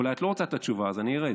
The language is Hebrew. אולי את לא רוצה את התשובה, אז אני ארד.